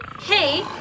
Hey